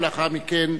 ולאחר מכן,